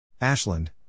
Ashland